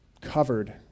covered